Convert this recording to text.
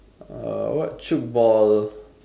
what chute ball